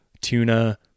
tuna